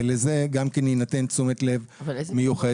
גם לזה תינתן תשומת לב מיוחדת.